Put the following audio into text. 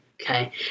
Okay